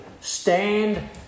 stand